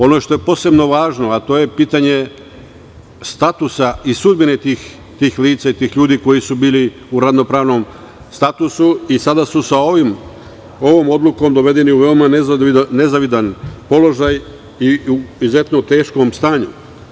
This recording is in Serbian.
Ono što je posebno važno, to je pitanje statusa i sudbine tih lica i tih ljudi koji su bili u radno-pravnom statusu i sada su sa ovom odlukom dovedeni u veoma nezavidan položaj i oni su u izuzetno teškom stanju.